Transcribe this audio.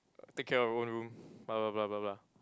take care of your own room blah blah blah blah blah